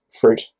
fruit